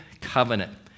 covenant